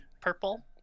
purple